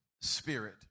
spirit